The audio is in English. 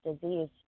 disease